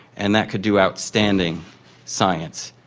and that could do outstanding science.